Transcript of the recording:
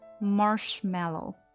Marshmallow